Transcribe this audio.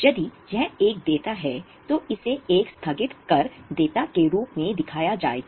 यदि यह एक देयता है तो इसे एक स्थगित कर देयता के रूप में दिखाया जाएगा